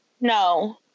no